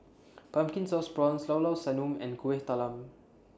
Pumpkin Sauce Prawns Llao Llao Sanum and Kueh Talam